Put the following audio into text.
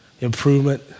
improvement